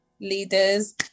leaders